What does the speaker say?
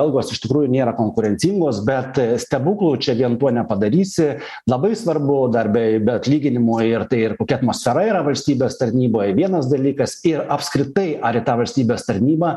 algos iš tikrųjų nėra konkurencingos bet stebuklų čia vien tuo nepadarysi labai svarbu dar be be atlyginimų ir tai ir kokia atmosfera yra valstybės tarnyboje vienas dalykas ir apskritai ar į tą valstybės tarnybą